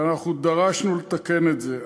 ואנחנו דרשנו לתקן את זה.